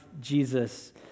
Jesus